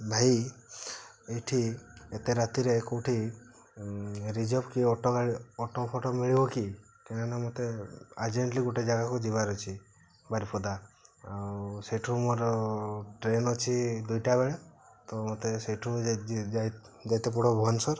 ଭାଇ ଏଠି ଏତେ ରାତିରେ କେଉଁଠି ରିଜର୍ଭ୍ ଅଟୋ ଅଟୋ ଫଟୋ ମିଳିବ କି କାରଣ ମୋତେ ଅର୍ଜେଣ୍ଟଲି ଗୋଟେ ଜାଗାକୁ ଯିବାର ଅଛି ବାରିପଦା ଆଉ ସେଠୁ ମୋର ଟ୍ରେନ୍ ଅଛି ଦୁଇଟା ବେଳେ ତ ମତେ ସେଠୁ ଯାଇ ଯାଇ ଯାଇତେ ପଡ଼ିବ ଭୁବନେଶ୍ୱର